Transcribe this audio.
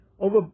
Over